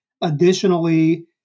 Additionally